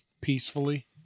peacefully